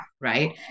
right